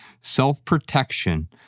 self-protection